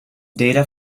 data